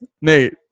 Nate